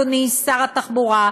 אדוני שר התחבורה,